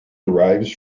derives